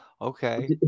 Okay